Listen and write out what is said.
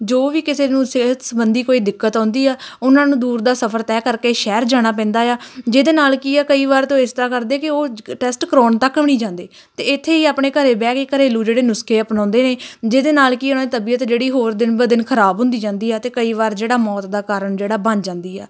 ਜੋ ਵੀ ਕਿਸੇ ਨੂੰ ਸਿਹਤ ਸਬੰਧੀ ਕੋਈ ਦਿੱਕਤ ਆਉਂਦੀ ਆ ਉਹਨਾਂ ਨੂੰ ਦੂਰ ਦਾ ਸਫ਼ਰ ਤੈਅ ਕਰਕੇ ਸ਼ਹਿਰ ਜਾਣਾ ਪੈਂਦਾ ਆ ਜਿਹਦੇ ਨਾਲ ਕੀ ਆ ਕਈ ਵਾਰ ਤੋ ਇਸ ਤਰ੍ਹਾਂ ਕਰਦੇ ਕਿ ਉਹ ਟੈਸਟ ਕਰਾਉਣ ਤੱਕ ਵੀ ਨਹੀਂ ਜਾਂਦੇ ਅਤੇ ਇੱਥੇ ਹੀ ਆਪਣੇ ਘਰ ਬਹਿ ਕੇ ਘਰੇਲੂ ਜਿਹੜੇ ਨੁਸਖੇ ਅਪਣਾਉਂਦੇ ਨੇ ਜਿਹਦੇ ਨਾਲ ਕਿ ਉਹਨਾਂ ਦੀ ਤਬੀਅਤ ਜਿਹੜੀ ਹੋਰ ਦਿਨ ਬ ਦਿਨ ਖ਼ਰਾਬ ਹੁੰਦੀ ਜਾਂਦੀ ਹੈ ਅਤੇ ਕਈ ਵਾਰ ਜਿਹੜਾ ਮੌਤ ਦਾ ਕਾਰਨ ਜਿਹੜਾ ਬਣ ਜਾਂਦੀ ਆ